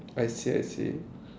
I see I see